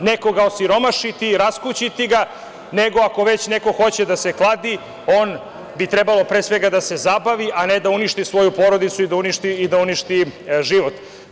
nekoga osiromašiti i raskućiti ga, nego, ako već neko hoće da se kladi, on bi trebalo, pre svega, da se zabavi, a ne da uništi svoju porodicu i da uništi život.